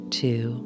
two